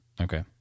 Okay